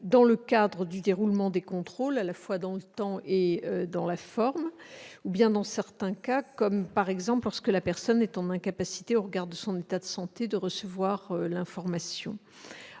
dans le cadre du déroulement des contrôles, à la fois dans le temps et dans la forme, ou bien dans certains cas comme, par exemple, lorsque la personne est dans l'incapacité au regard de son état de santé de recevoir l'information.